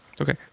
Okay